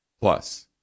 Plus